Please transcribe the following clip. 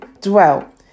dwell